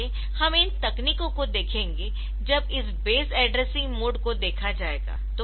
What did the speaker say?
इसलिए हम इन तकनीकों को देखेंगे जब इस बेस एड्रेसिंग मोड को देखा जाएगा